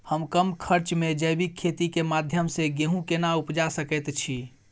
हम कम खर्च में जैविक खेती के माध्यम से गेहूं केना उपजा सकेत छी?